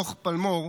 דוח פלמור,